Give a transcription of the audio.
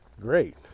Great